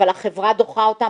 אבל החברה דוחה אותם,